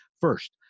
First